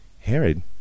Herod